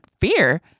fear